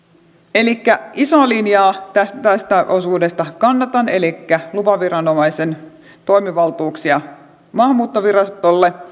isoa linjaa tästä tästä osuudesta kannatan elikkä lupaviranomaisen toimivaltuuksia maahanmuuttovirastolle